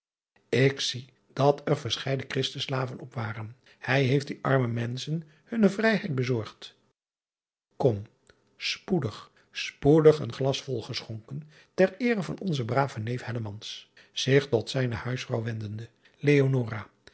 k zie dat er verscheiden christenslaven op waren hij heeft die arme menschen hunne vrijheid bezorgt om spoedig spoedig een glas volgeschonken ter eere van onze braven neef zich tot zijne huisvrouw wendende